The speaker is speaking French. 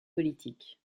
politique